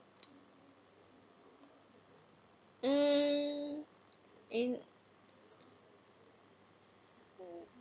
mm in